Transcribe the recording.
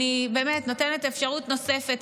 אני באמת נותנת אפשרות נוספת.